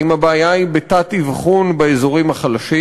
האם הבעיה היא בתת-אבחון באזורים החלשים,